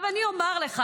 אני מצפה לזה